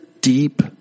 deep